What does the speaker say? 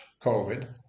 COVID